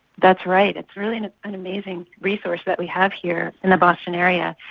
that's right, it's really an an amazing resource that we have here in the boston area.